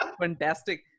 fantastic